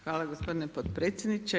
Hvala gospodine potpredsjedniče.